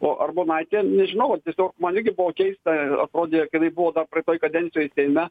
o armonaitė nežinau vat tiesiog man irgi buvo keista atrodė ji buvo dar praeitoj kadencijoj seime